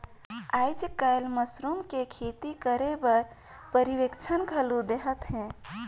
आयज कायल मसरूम के खेती करे बर परिक्छन घलो देहत हे